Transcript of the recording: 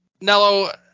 Nello